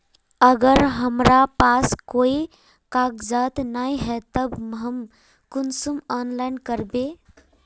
अगर हमरा पास कोई कागजात नय है तब हम कुंसम ऑनलाइन करबे?